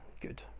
good